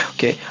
Okay